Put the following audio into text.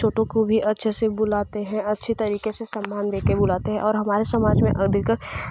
छोटों को भी अच्छे से बुलाते हैं अच्छी तरीक़े से सम्मान देके बुलाते हैं और हमारे समाज में अधिकतर